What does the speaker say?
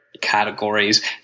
categories